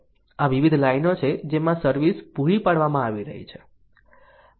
આ વિવિધ લાઇનો છે જેમાં સર્વિસ પૂરી પાડવામાં આવી રહી છે